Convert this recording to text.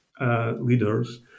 leaders